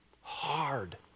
hard